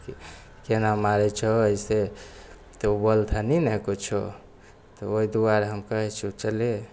की केना मारै छहो ऐसे तऽ ओ बोलथनी ने किछो तऽ ओहि दुआरे हम कहै छियौ चलै